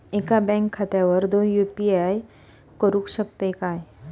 एका बँक खात्यावर दोन यू.पी.आय करुक शकतय काय?